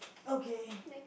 okay